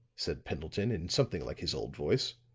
said pendleton, in something like his old voice.